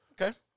okay